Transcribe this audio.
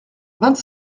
vingt